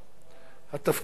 התפקיד מחייב.